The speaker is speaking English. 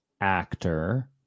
actor